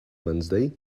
wednesday